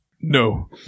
No